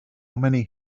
many